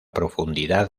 profundidad